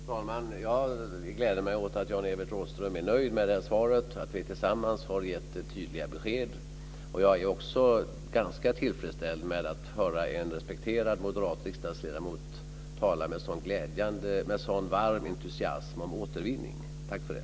Fru talman! Jag gläder mig åt att Jan-Evert Rådhström är nöjd med det här svaret och att vi tillsammans har gett tydliga besked. Jag är också ganska tillfredsställd med att höra en respekterad moderat riksdagsledamot tala med en sådan varm entusiasm om återvinning. Tack för det!